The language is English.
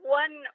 one